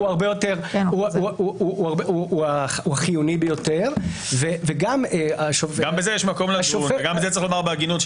הוא החיוני ביותר --- גם את זה צריך לומר בהגינות,